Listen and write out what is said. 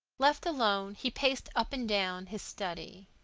left alone, he paced up and down his study.